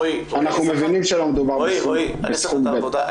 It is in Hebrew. מבינים שלא מדובר בסכום גדול.